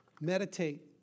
Meditate